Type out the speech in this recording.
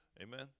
Amen